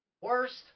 worst